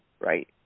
right